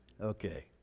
Okay